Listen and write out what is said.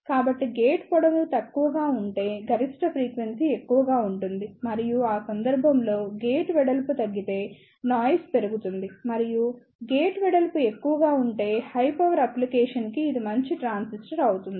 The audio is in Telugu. కాబట్టి గేట్ పొడవు తక్కువగా ఉంటే గరిష్ట ఫ్రీక్వెన్సీ ఎక్కువగా ఉంటుంది మరియు ఆ సందర్భంలో గేట్ వెడల్పు తగ్గితే నాయిస్ పెరుగుతుంది మరియు గేట్ వెడల్పు ఎక్కువగా ఉంటే హై పవర్ అప్లికేషన్ కి ఇది మంచి ట్రాన్సిస్టర్ అవుతుంది